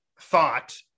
thought